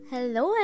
Hello